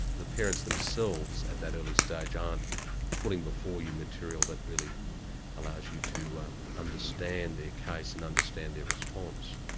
the parents themselves at that early stage, aren't putting before you material that really allows you to understand their case and understand their response.